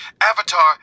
Avatar